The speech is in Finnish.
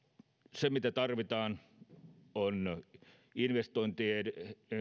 se mitä tarvitaan on investointien